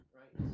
right